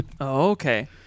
okay